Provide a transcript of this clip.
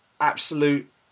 absolute